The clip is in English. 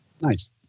Nice